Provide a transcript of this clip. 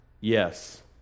Yes